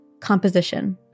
Composition